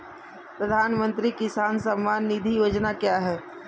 प्रधानमंत्री किसान सम्मान निधि योजना क्या है?